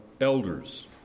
elders